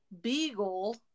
beagle